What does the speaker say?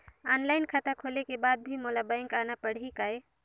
Online खाता खोले के बाद भी मोला बैंक आना पड़ही काय?